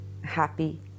happy